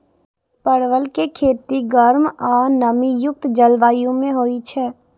परवल के खेती गर्म आ नमी युक्त जलवायु मे होइ छै